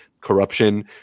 corruption